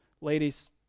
Ladies